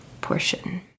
portion